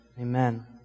Amen